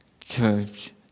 church